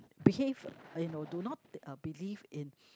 behave you know do not uh believe in